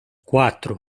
quatro